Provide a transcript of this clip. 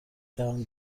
دهم